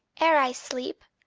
ere i sleep,